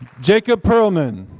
jacob pearlman,